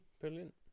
Brilliant